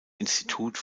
institut